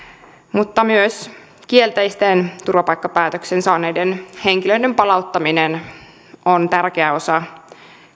mutta myös kielteisen turvapaikkapäätöksen saaneiden henkilöiden palauttaminen on tärkeä osa